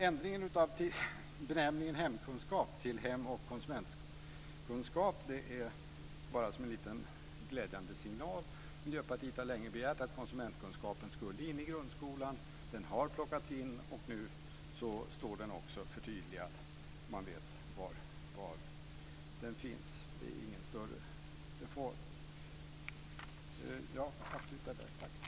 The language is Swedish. Ändringen av benämningen hemkunskap till hemoch konsumentkunskap är bara en liten glädjande signal. Miljöpartiet har länge begärt att konsumentkunskapen skulle in i grundskolan. Den har plockats in, och nu står den också förtydligad, och man vet var den finns. Det är ingen större reform.